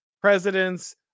presidents